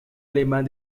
alemán